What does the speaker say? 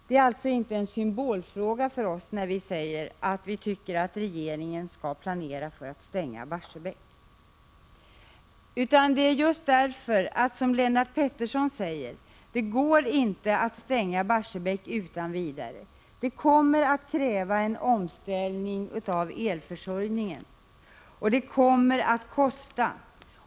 Det är alltså inte en symbolfråga för oss, när vi säger att regeringen bör planera för att stänga Barsebäck, utan det är just därför att, som Lennart Pettersson sade, det inte går att stänga Barsebäck utan vidare. Det kommer att kräva en omställning av elförsörjningen, och det kommer att kosta.